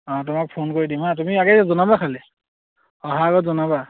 অঁ তোমাক ফোন কৰি দিম হা তুমি আগে জনাবা খালি অহা আগত জনাবা